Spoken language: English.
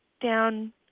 down